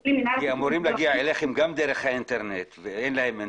אמורים להגיע אליכם גם דרך האינטרנט ואין להם אינטרנט.